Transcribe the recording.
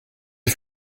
des